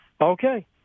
Okay